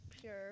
pure